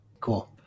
cool